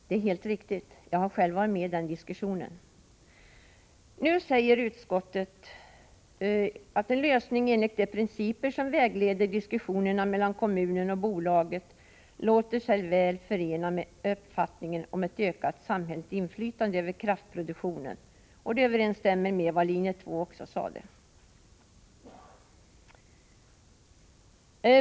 Det är helt riktigt — jag har själv varit med i den diskussionen. Utskottet säger att en lösning enligt de principer som vägleder diskussionerna mellan kommunen och bolaget låter sig väl förena med uppfattningen om ett ökat samhälleligt inflytande över produktionen. Detta överensstämmer med vad linje 2 sade.